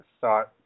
thought